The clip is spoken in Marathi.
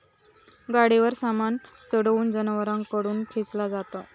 गाडीवर सामान चढवून जनावरांकडून खेंचला जाता